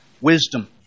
wisdom